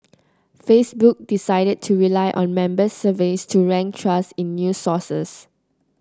facebook decided to rely on member surveys to rank trust in new sources